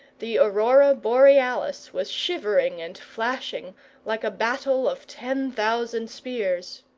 the aurora borealis was shivering and flashing like a battle of ten thousand spears.